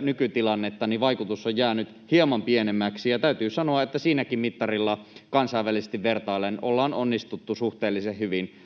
nykytilannetta, niin vaikutus on jäänyt hieman pienemmäksi, ja täytyy sanoa, että silläkin mittarilla kansainvälisesti vertaillen ollaan onnistuttu suhteellisen hyvin. On toki